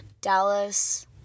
Dallas